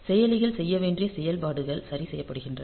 செயலிகள் செய்ய வேண்டிய செயல்பாடுகள் சரி செய்யப்படுகின்றன